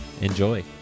Enjoy